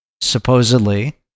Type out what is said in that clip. supposedly